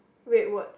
red words